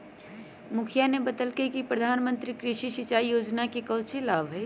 मुखिवा ने बतल कई कि प्रधानमंत्री कृषि सिंचाई योजना के काउची लाभ हई?